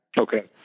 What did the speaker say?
Okay